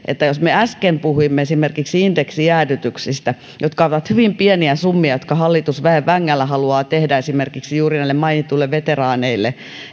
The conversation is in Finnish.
että jos me äsken puhuimme esimerkiksi indeksijäädytyksistä jotka ovat hyvin pieniä summia jotka hallitus väen vängällä haluaa tehdä esimerkiksi juuri näille mainituille veteraaneille